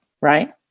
right